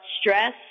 stress